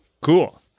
Cool